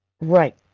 Right